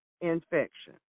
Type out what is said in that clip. infection